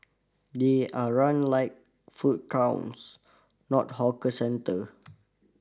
they are run like food courts not hawker centre